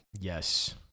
yes